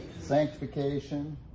Sanctification